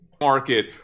market